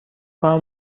کنم